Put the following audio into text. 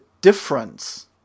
difference